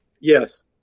yes